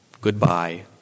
Goodbye